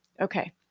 Okay